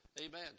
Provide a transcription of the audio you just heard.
Amen